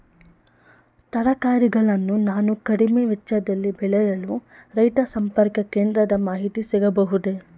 ತರಕಾರಿಗಳನ್ನು ನಾನು ಕಡಿಮೆ ವೆಚ್ಚದಲ್ಲಿ ಬೆಳೆಯಲು ರೈತ ಸಂಪರ್ಕ ಕೇಂದ್ರದ ಮಾಹಿತಿ ಸಿಗಬಹುದೇ?